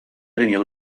premio